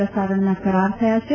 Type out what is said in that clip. પ્રસારણના કરાર થયા છે